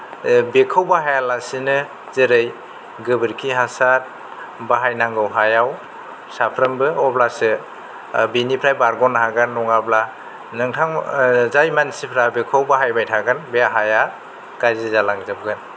ओ बेखौ बाहायालासेनो जेरै गोबोरखि हासार बाहायनांगौ हायाव साफ्रोमबो अब्लासो ओ बिनिफ्राय बारग'नो हागोन नङाब्ला नोंथां ओ जाय मानसिफ्रा बेखौ बाहायबाय थागोन बे हाया गाज्रि जालांजोबगोन